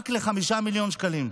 רק ל-5 מיליון שקלים.